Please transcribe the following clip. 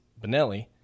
Benelli